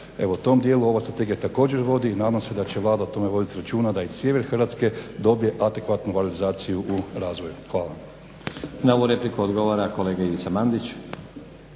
Evo u tom dijelu ova Strategija također vodi, nadam se da će Vlada o tome voditi računa da i sjever Hrvatske dobije adekvatnu valorizaciju u razvoju. Hvala vam. **Stazić, Nenad (SDP)** Na ovu repliku odgovara kolega Ivica Mandić.